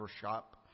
shop